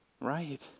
right